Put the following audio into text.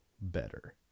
better